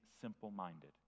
simple-minded